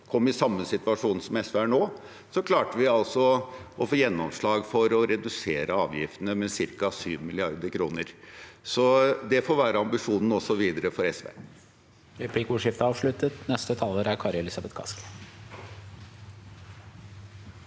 kom i samme situasjon som SV er i nå, klarte vi å få gjennomslag for å redusere avgiftene med ca. 7 mrd. kr. Så det får være ambisjonen også videre for SV.